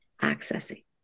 accessing